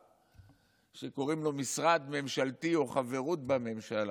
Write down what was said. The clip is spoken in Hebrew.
שקוראים לו משרד ממשלתי או חברות בממשלה.